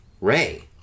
Ray